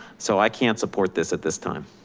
so i can't support this at this time.